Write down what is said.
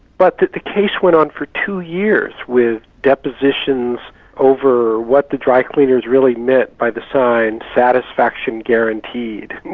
but that the case went on for two years, with depositions over what the drycleaners really meant by the sign satisfaction guaranteed,